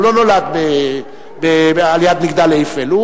הוא לא נולד על יד מגדל אייפל,